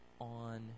on